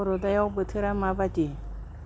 बर'डायाव बोथोरा माबादि